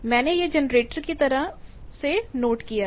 मैंने यह जनरेटर की तरफ नोट किया है